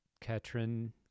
Katrin